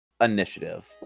initiative